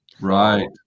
Right